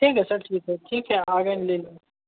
ठीक है सर ठीक है ठीक है आ गए ले लेंगे